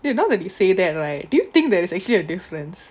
you know that you say that right do you think there's actually a difference